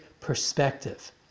perspective